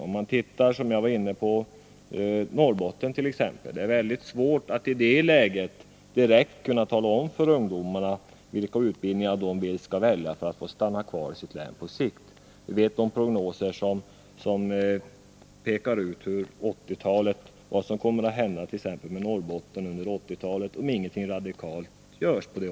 Om vi t.ex. tittar på Norrbotten, som jag var inne på, är det där väldigt svårt att direkt kunna tala om för ungdomarna vilka utbildningar de skall välja för att få stanna kvar i sitt län på sikt. Det finns prognoser som pekar ut vad som kommer att hända med t.ex. Norrbotten under 1980-talet om inget radikalt görs.